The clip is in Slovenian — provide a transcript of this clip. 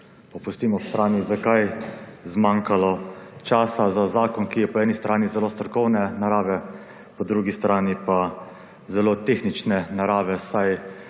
pustimo ob strani zakaj, zmanjkalo časa za zakon, ki je po eni strani zelo strokovne narave, po drugi strani pa zelo tehnične narave,